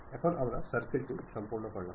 এখন আমরা সার্কেল টি সম্পন্ন করলাম